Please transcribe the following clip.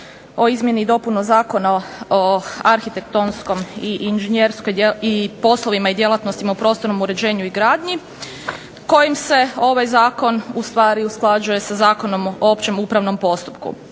o izmjenama Zakona o arhitektonskim i inženjerijskim poslovima i djelatnostima u prostornom uređenju i gradnji kojim se ovaj zakon usklađuje sa Zakonom o opće upravnom postupku.